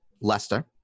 Leicester